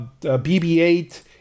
BB-8